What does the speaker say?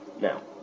Now